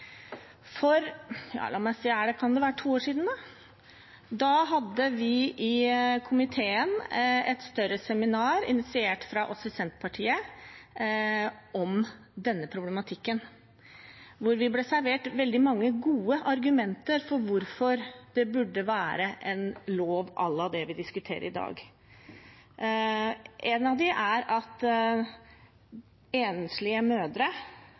For – la meg si – to år siden hadde vi i komiteen et større seminar initiert fra oss i Senterpartiet om denne problematikken, hvor vi ble servert veldig mange gode argumenter for hvorfor det burde være en lov om det vi diskuterer i dag. Et av dem er at enslige mødre